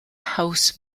house